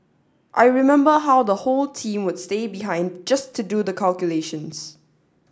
I remember how the whole team would stay behind just to do the calculations